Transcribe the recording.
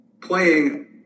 playing